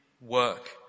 work